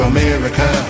America